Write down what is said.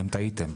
אתם טעיתם.